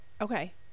Okay